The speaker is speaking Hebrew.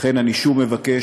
לכן אני שוב מבקש: